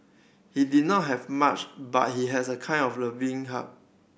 he did not have much but he has a kind of loving heart